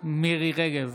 מירי מרים רגב,